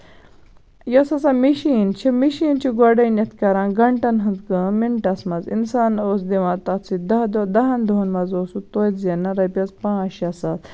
یۄس ہسا مِشیٖن چھِ مِشیٖن چھِ گۄڈٕنیتھ کران گَنٹَن ہنز کٲم مِنٹَس منٛز اِنسان اوس دِوان تَتھ سۭتۍ دہ دۄہ دَہن دۄہَن منٛز اوس سُہ توہتہِ زینان رۄپِیَس پانٛژھ شیٚے ساس